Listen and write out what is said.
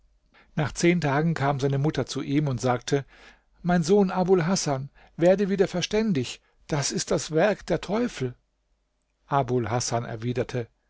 nach zehn tagen kam seine mutter zu ihm und sagte mein sohn abul hasan werde wieder verständig das ist das werk der teufel abul hasan erwiderte